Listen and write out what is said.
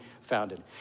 founded